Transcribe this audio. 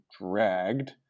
dragged